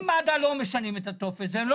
אם מד"א לא משנים את הטופס והם לא